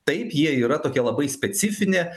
taip jie yra tokie labai specifinė